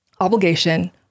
obligation